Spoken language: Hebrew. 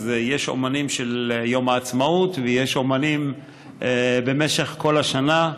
אז יש אומנים של יום העצמאות ויש אומנים במשך כל השנה,